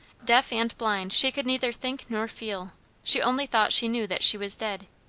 deaf and blind she could neither think nor feel she only thought she knew that she was dead.